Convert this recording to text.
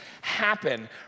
happen